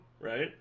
right